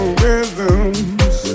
rhythms